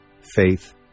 faith